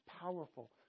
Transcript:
powerful